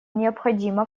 необходимо